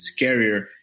scarier